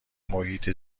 محیط